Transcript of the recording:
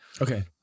Okay